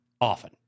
Often